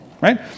right